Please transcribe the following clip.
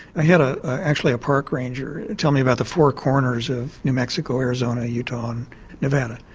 i had ah actually a park ranger tell me about the four corners of new mexico, arizona, utah and nevada,